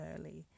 early